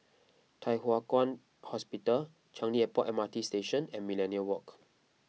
Thye Hua Kwan Hospital Changi Airport M R T Station and Millenia Walk